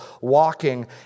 walking